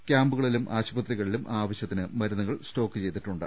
ക്യാമ്പുകളിലും ആശുപത്രികളിലും ആവശ്യത്തിന് മരുന്നുകൾ സ്റ്റോക്ക് ചെയ്തിട്ടുണ്ട്